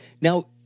now